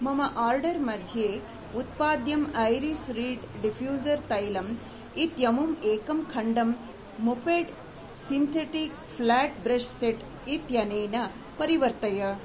मम आर्डर् मध्ये उत्पाद्यं ऐरिस् रीड् डिफ्यूसर् तैलम् इत्यमुं एकम् खण्डम् मेपेड् सिन्तेटिक् फ्लाट् ब्रश् सेट् इत्यनेन परिवर्तय